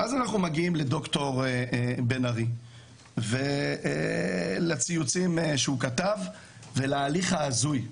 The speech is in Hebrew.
ואז אנחנו מגיעים לד"ר בן ארי ולציוצים שהוא כתב ולהליך ההזוי.